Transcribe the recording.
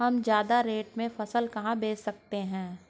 हम ज्यादा रेट में फसल कहाँ बेच सकते हैं?